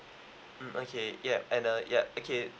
mm okay yup and uh ya okay